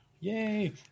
Yay